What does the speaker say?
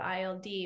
ILD